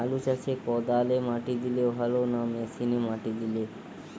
আলু চাষে কদালে মাটি দিলে ভালো না মেশিনে মাটি দিলে?